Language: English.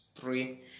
three